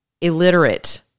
illiterate